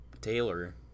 Taylor